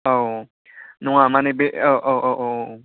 औ नङा माने बे औ औ औ औ